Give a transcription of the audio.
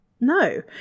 No